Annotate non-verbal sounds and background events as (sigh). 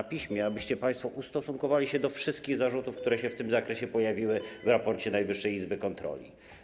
Chodzi o to, abyście państwo ustosunkowali się do wszystkich zarzutów, (noise) które w tym zakresie pojawiły się w raporcie Najwyższej Izby Kontroli.